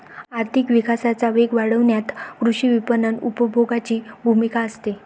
आर्थिक विकासाचा वेग वाढवण्यात कृषी विपणन उपभोगाची भूमिका असते